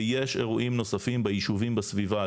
ויש אירועים נוספים ביישובים בסביבה,